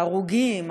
ההרוגים,